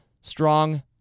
strong